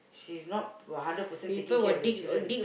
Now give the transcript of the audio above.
she's not a hundred percent taking care of the children